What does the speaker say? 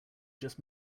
just